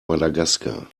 madagaskar